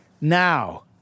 now